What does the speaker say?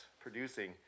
producing